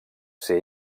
ser